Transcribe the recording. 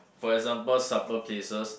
for example supper places